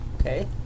Okay